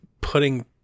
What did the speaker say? putting